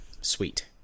Sweet